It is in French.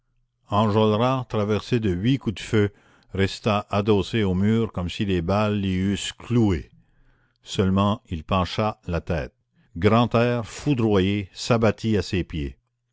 enjolras traversé de huit coups de feu resta adossé au mur comme si les balles l'y eussent cloué seulement il pencha la tête grantaire foudroyé s'abattit à ses pieds